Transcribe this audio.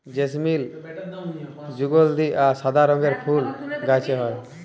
জেসমিল সুগলধি অ সাদা রঙের ফুল গাহাছে হয়